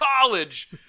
college